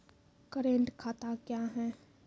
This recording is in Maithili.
करेंट खाता क्या हैं?